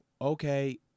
okay